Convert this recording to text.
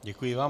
Děkuji vám.